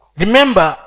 remember